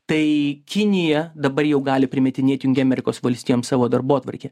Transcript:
tai kinija dabar jau gali primetinėti jungėm amerikos valstijoms savo darbotvarkę